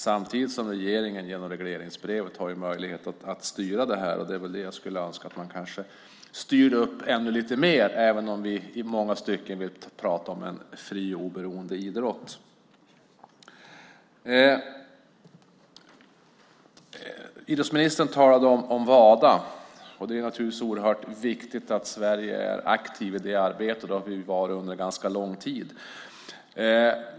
Samtidigt har regeringen genom regleringsbrevet möjlighet att styra det här. Jag skulle önska att man styrde upp det ännu lite mer, även om vi i många stycken pratar om en fri och oberoende idrott. Idrottsministern talade om Wada. Det är naturligtvis oerhört viktigt att Sverige är aktivt i det arbetet. Det har vi varit under ganska lång tid.